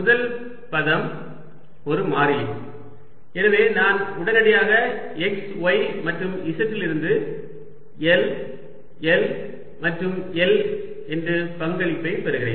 முதல் பதம் ஒரு மாறிலி எனவே நான் உடனடியாக x y மற்றும் z இலிருந்து L L மற்றும் L என்று பங்களிப்பை பெறுகிறேன்